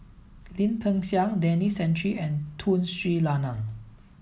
Lim Peng Siang Denis Santry and Tun Sri Lanang